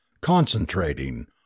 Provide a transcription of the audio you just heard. concentrating